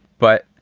but